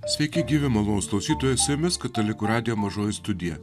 sveiki gyvi malonūs klausytojai su jumis katalikų radijo mažoji studija